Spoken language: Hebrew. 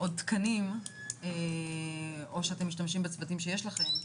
עוד תקנים או שאתם משתמשים בצוותים שיש לכם?